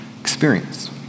experience